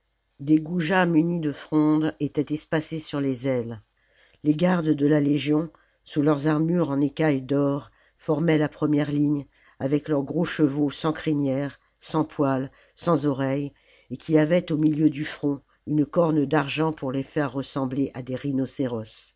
des goujats munis de frondes étaient espacés sur les ailes les gardes de la légion sous leurs armures en écailles d'or formaient la première ligne avec leurs gros chevaux sans crinière sans poil sans oreilles et qui avaient au milieu du front une corne d'argent pour les faire ressembler à des rhinocéros